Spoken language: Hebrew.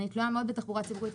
אני תלויה מאוד בתחבורה ציבורית,